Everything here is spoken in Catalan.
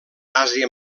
àsia